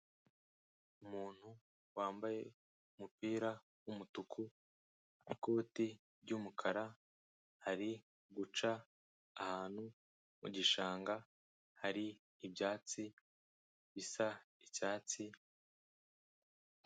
Umuntu wambaye umupira w'umutuku, ikoti ry'umukara, ari guca ahantu mu gishanga hari ibyatsi bisa icyatsi...